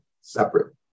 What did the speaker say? separate